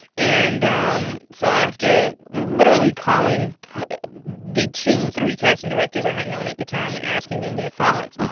and um so after literally calling the two, three casting directors i had known at the time and asking them their thoughts,